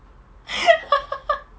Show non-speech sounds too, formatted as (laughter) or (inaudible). (laughs)